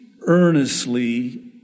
earnestly